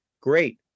Great